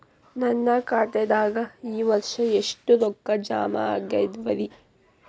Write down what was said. ನನ್ನ ಖಾತೆದಾಗ ಈ ವರ್ಷ ಎಷ್ಟು ರೊಕ್ಕ ಜಮಾ ಆಗ್ಯಾವರಿ?